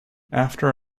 after